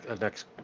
next